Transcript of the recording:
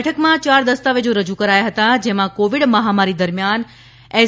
બેઠકમાં ચાર દસ્તાવેજો રજૂ કરાયા હતા જેમાં કોવિડ મહામારી દરમ્યાન એસ